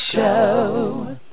Show